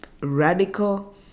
radical